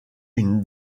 une